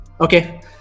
Okay